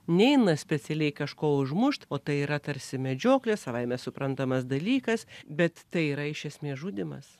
neina specialiai kažko užmušt o tai yra tarsi medžioklė savaime suprantamas dalykas bet tai yra iš esmės žudymas